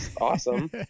awesome